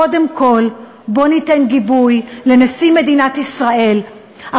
קודם כול בואו ניתן גיבוי לנשיא מדינת ישראל,